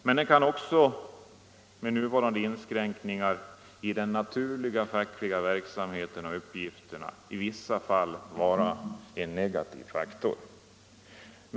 Men den kan också med nuvarande inskränkningar i den naturliga fackliga verksamheten i vissa fall vara en negativ faktor.